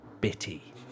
Bitty